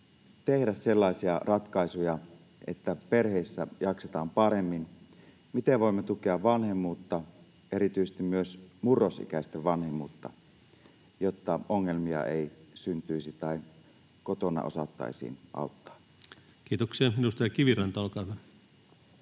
tehdä sellaisia ratkaisuja, että perheissä jaksetaan paremmin? Miten voimme tukea vanhemmuutta, erityisesti myös murrosikäisten vanhempia, jotta ongelmia ei syntyisi tai kotona osattaisiin auttaa? Kiitoksia. — Edustaja Kiviranta, olkaa hyvä.